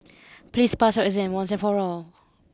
please pass your exam once and for all